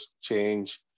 change